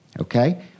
okay